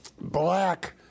black